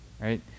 Right